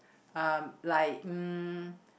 um like um